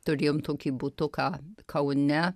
turėjom tokį butuką kaune